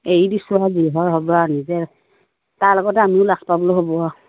এৰি দিছোঁ আৰু যি হয় হওক বা নিজে তাৰ লগতে আমিও লাজ পাবলৈ হ'ব আৰু